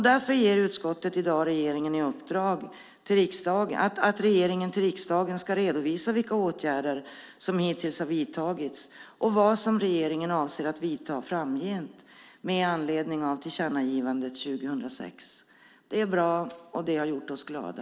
Därför föreslår utskottet i dag att regeringen till riksdagen ska redovisa vilka åtgärder som hittills har vidtagits och vad regeringen avser att göra framgent med anledning av tillkännagivandet 2006. Det är bra, och det har gjort oss glada.